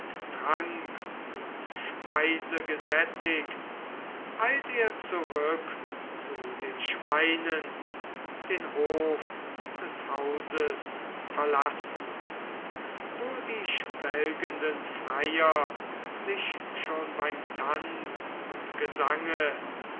trank und speise gesättigt eilt er zurück zu den schweinen den hof des hauses verlassend wo die schwelgenden freier sich schon beim tanz und gesange